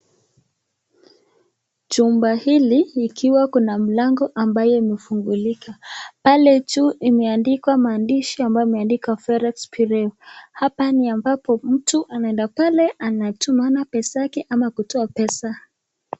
Chumba hili ikiwa kuna mlango ambayo imefungulika, pale juu imeandikwa maandishi ambayo imeandikwa forex bureau ,hapa ni ambapo mtu anaenda pale anatumana pesa yake ama kutoa pesa.